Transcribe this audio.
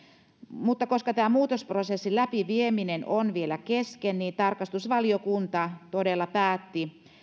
mutta koska tämä muutosprosessin läpivieminen on vielä kesken niin tarkastusvaliokunta todella päätti